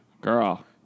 Girl